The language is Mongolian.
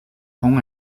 тун